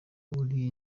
uri